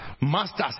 masters